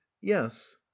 yes